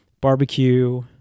barbecue